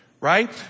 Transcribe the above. Right